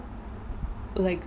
like